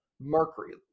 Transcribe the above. mercury